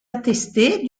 attesté